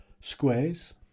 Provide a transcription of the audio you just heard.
squares